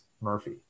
murphy